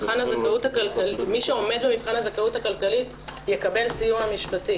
מי שעומד במבחן הזכאות הכלכלית יקבל סיוע משפטי.